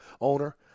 owner